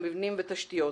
למבנים ותשתיות,